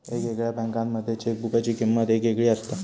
येगयेगळ्या बँकांमध्ये चेकबुकाची किमंत येगयेगळी असता